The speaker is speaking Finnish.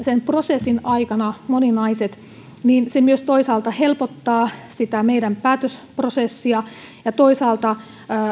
sen prosessin aikana moninaiset niin se myös toisaalta helpottaa sitä meidän päätösprosessiamme ja toisaalta